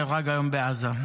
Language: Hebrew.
נהרג היום בעזה.